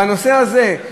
בנושא הזה,